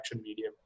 medium